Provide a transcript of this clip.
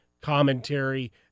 commentary